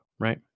Right